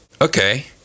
Okay